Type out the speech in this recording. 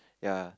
ya